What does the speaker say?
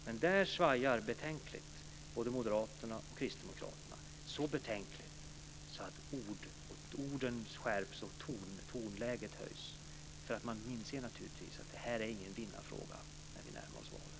Men där svajar både Moderaterna och Kristdemokraterna betänkligt. Ni svajar så betänkligt att orden skärps och tonläget höjs. Man inser naturligtvis att detta inte är någon vinnarfråga när vi närmar oss valet.